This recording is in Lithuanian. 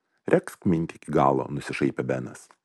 regzk mintį iki galo nusišaipė benas